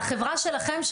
זו החברה שלכם,